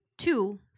Two